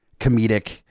comedic